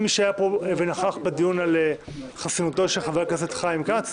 מי שהיה פה ונכח בדיון על חסינותו של חבר הכנסת חיים כץ,